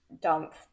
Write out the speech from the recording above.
dump